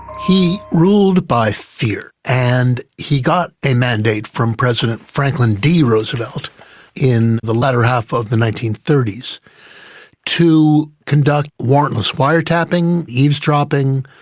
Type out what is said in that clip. he ruled by fear, and he got a mandate from president franklin d roosevelt in the latter half of the nineteen thirty s to conduct warrantless wiretapping, eavesdropping,